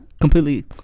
completely